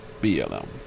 BLM